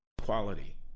equality